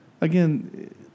again